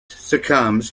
succumbs